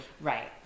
Right